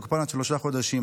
ותוקפן עד שלושה חודשים.